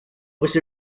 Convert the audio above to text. was